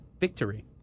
victory